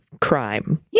crime